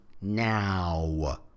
now